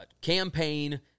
Campaign